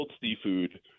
seafood